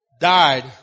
died